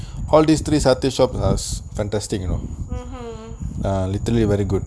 all these three satay shop are fantastic you know literally very good so the gua also very good today the gua not so okay okay